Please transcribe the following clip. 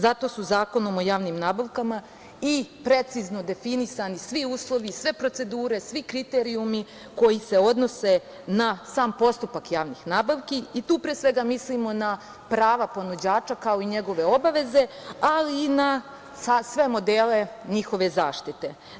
Zato su Zakonom o javnim nabavkama i precizno definisani svi uslovi, sve procedure, svi kriterijumi koji se odnose na sam postupak javnih nabavki i tu, pre svega, mislimo na prava ponuđača, kao i njegove obaveze, ali i na sve modele njihove zaštite.